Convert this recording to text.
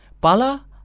...pala